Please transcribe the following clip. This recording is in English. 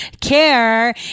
care